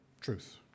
truth